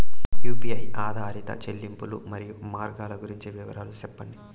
UPI ఆధారిత చెల్లింపులు, మరియు మార్గాలు గురించి వివరాలు సెప్పండి?